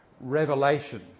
revelation